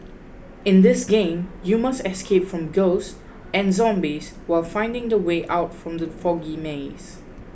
in this game you must escape from ghosts and zombies while finding the way out from the foggy maze